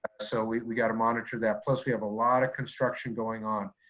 so we gotta monitor that. plus we have a lot of construction going on.